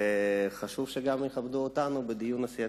וחשוב שגם יכבדו אותנו בדיון הסיעתי.